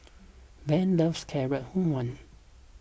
Van loves Carrot Halwa